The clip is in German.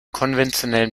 konventionellen